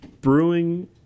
brewing